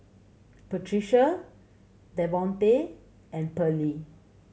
Patrica Devonte and Pearly